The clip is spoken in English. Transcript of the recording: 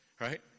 right